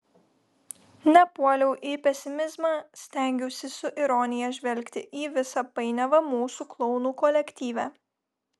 nepuoliau į pesimizmą stengiausi su ironija žvelgti į visą painiavą mūsų klounų kolektyve